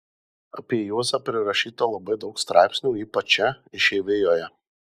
apie juozą prirašyta labai daug straipsnių ypač čia išeivijoje